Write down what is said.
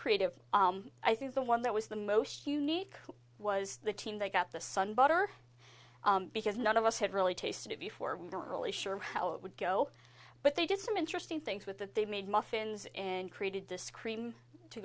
creative i think the one that was the most unique was the team that got the sun butter because none of us had really tasted it before we didn't really sure how it would go but they did some interesting things with that they made muffins and created this cream to